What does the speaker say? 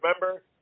remember